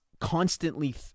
constantly